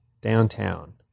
downtown